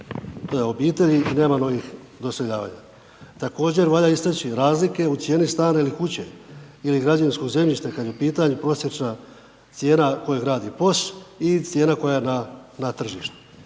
novih obitelji i nema novih doseljavanja. Također valja istači razlike u cijeni stana ili kuće. Ili građevinskog zemljišta, kada je u pitanju prosječna cijena koje gradi POS i cijena koja je na tržištu.